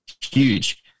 Huge